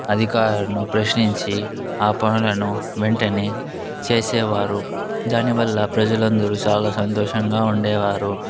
అధికారులను ప్రశ్నించి ఆ పనులను వెంటనే చేసేవారు దానివల్ల ప్రజలందరూ చాలా సంతోషంగా ఉండేవారు